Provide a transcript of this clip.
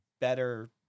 better